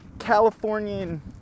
californian